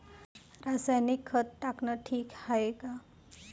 रासायनिक खत टाकनं ठीक हाये का?